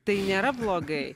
tai nėra blogai